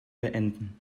beenden